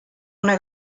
una